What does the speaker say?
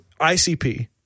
ICP